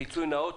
פיצוי נאות,